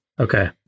okay